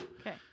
okay